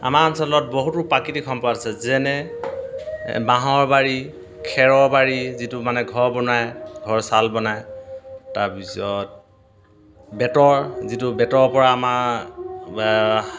আমাৰ অঞ্চলত বহুতো প্ৰাকৃতিক সম্পদ আছে যেনে বাঁহৰ বাৰী খেৰৰ বাৰী যিটো মানে ঘৰ বনায় ঘৰ চাল বনায় তাৰপিছত বেঁতৰ যিটো বেঁতৰ পৰা আমাৰ